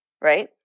right